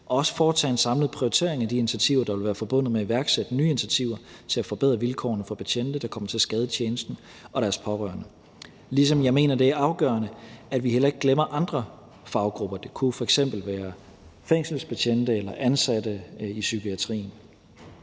at foretage en samlet prioritering af de initiativer, der vil være forbundet med at iværksætte nye initiativer til at forbedre vilkårene for betjente, der kommer til skade i tjenesten, og deres pårørende. Jeg mener også, det er afgørende, at vi heller ikke glemmer andre faggrupper. Det kunne jo f.eks. være fængselsbetjente eller ansatte i psykiatrien.